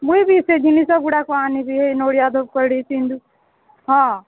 ମୁଇ ବି ସେ ଜିନିଷ ଗୁଡ଼ାକ ଆନିବି ନଡ଼ିଆ ଧୁପ୍କାଟି ସିନ୍ଦୁର ହଁ